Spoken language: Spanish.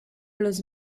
los